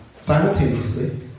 simultaneously